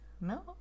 No